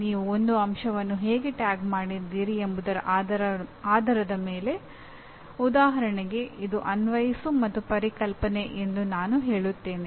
ನೀವು ಒಂದು ಅಂಶವನ್ನು ಹೇಗೆ ಟ್ಯಾಗ್ ಮಾಡಿದ್ದೀರಿ ಎಂಬುದರ ಆಧಾರದ ಮೇಲೆ ಉದಾಹರಣೆಗೆ ಇದು ಅನ್ವಯಿಸು ಮತ್ತು ಪರಿಕಲ್ಪನೆ ಎಂದು ನಾನು ಹೇಳುತ್ತೇನೆ